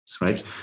right